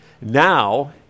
Now